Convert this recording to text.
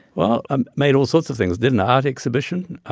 well, i made all sorts of things did an art exhibition.